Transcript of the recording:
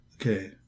okay